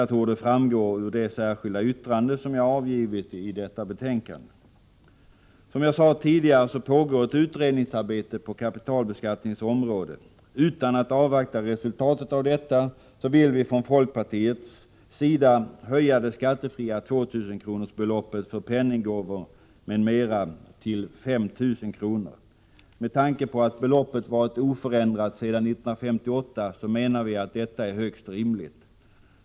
Det torde framgå av det särskilda yttrande som jag fogat till detta betänkande. Som jag sade tidigare pågår ett utredningsarbete på kapitalbeskattningens område. Utan att avvakta resultatet av den utredningen vill vi från folkpartiets sida höja det skattefria beloppet på 2 000 kr. för penninggåvor m.m. till 5 000 kr. Med tanke på att beloppet varit oförändrat sedan 1958 menar vi att detta är högst rimligt.